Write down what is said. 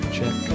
Check